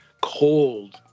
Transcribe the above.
cold